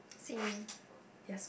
same